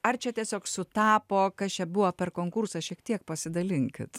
ar čia tiesiog sutapo kas čia buvo per konkursas šiek tiek pasidalinkit